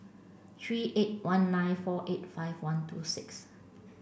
three eight one nine four eight five one two six